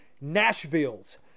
Nashville's